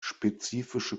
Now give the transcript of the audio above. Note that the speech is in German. spezifische